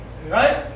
Right